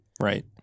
Right